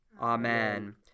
Amen